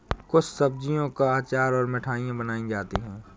कुछ सब्जियों का अचार और मिठाई बनाई जाती है